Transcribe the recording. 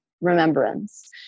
remembrance